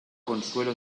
consuelo